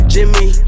Jimmy